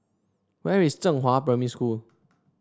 where is Zhenghua Primary School